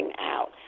out